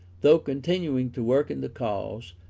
though continuing to work in the cause,